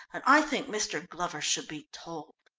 and i think mr. glover should be told.